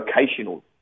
vocational